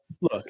look